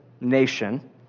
nation